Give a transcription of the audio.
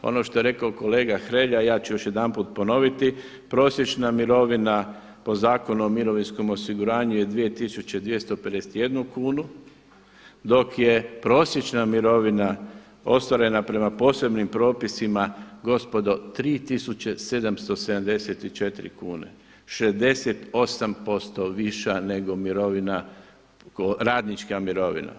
Ono što je rekao kolega Hrelja ja ću još jedanput ponoviti prosječna mirovina po Zakonu o mirovinskom osiguranju je 2251 kunu dok je prosječna mirovina ostvarena prema posebnim propisima gospodo 3774 kune, 68% viša nego mirovina, radnička mirovina.